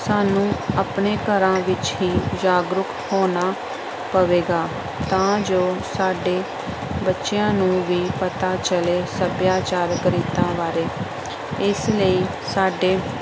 ਸਾਨੂੰ ਆਪਣੇ ਘਰਾਂ ਵਿੱਚ ਹੀ ਜਾਗਰੂਕ ਹੋਣਾ ਪਵੇਗਾ ਤਾਂ ਜੋ ਸਾਡੇ ਬੱਚਿਆਂ ਨੂੰ ਵੀ ਪਤਾ ਚੱਲੇ ਸੱਭਿਆਚਾਰਕ ਰੀਤਾਂ ਬਾਰੇ ਇਸ ਲਈ ਸਾਡੇ